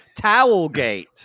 towelgate